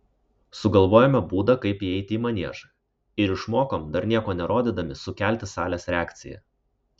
sugalvojome būdą kaip įeiti į maniežą ir išmokom dar nieko nerodydami sukelti salės reakciją